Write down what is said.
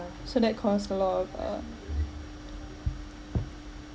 so that caused a lot of uh